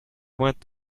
want